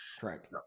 Correct